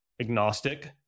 agnostic